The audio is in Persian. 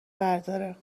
برداره